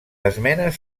esmenes